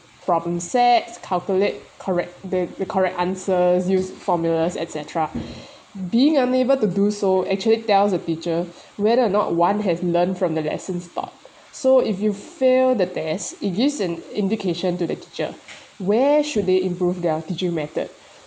problem sets calculate correct the the correct answers use formulas et cetera being unable to do so actually tells the teacher whether or not one has learned from the lessons taught so if you fail the test it gives an indication to the teacher where should they improve their teaching method